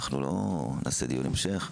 נעשה דיון המשך.